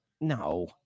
No